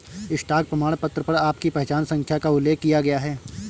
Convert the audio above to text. stock प्रमाणपत्र पर आपकी पहचान संख्या का उल्लेख किया गया है